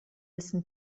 listen